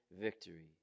victory